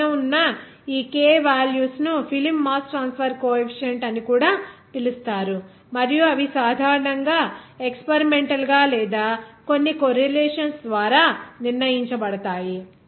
ఇప్పుడు పైన ఉన్న ఈ k వాల్యూస్ ను ఫిల్మ్ మాస్ ట్రాన్స్ఫర్ కోఎఫీసియంట్ అని కూడా పిలుస్తారు మరియు అవి సాధారణంగా ఎక్స్పెరిమెంటల్ గా లేదా కొన్ని కోర్ రిలేషన్స్ ద్వారా నిర్ణయించబడతాయి